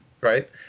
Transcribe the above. right